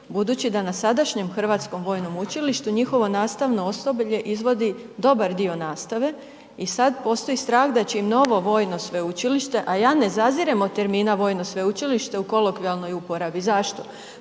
budući da na sadašnjem Hrvatskom vojnom učilištu njihovo nastavno osoblje izvodi dobar dio nastave i sad postoji strah da će im novo vojno sveučilište a ja ne zazirem od termina „vojno sveučilište“ u kolokvijalnoj uporabi, zašto?